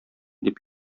дип